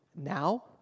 now